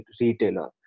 retailer